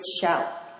shout